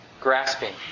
grasping